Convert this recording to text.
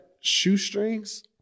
shoestrings